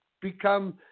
become